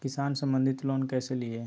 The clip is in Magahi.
किसान संबंधित लोन कैसै लिये?